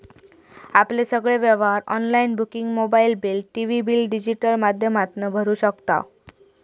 आपले सगळे व्यवहार online booking mobile bill, TV bill digital माध्यमातना भरू शकताव